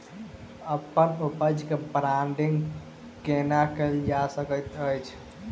अप्पन उपज केँ ब्रांडिंग केना कैल जा सकैत अछि?